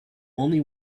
only